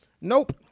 nope